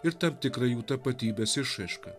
ir tam tikrą jų tapatybės išraišką